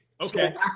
Okay